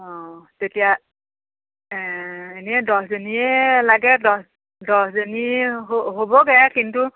অ তেতিয়া এ এনেই দহজনীয়ে লাগে দহ দহজনী হ'বগে কিন্তু